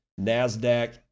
NASDAQ